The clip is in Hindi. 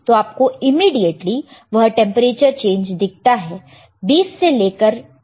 तो आपको इमीडीएटली वह टेंपरेचर चेंज दिखता है 20 से लेकर 29 तक